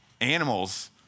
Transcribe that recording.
Animals